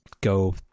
go